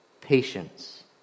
patience